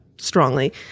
Strongly